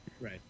right